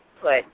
put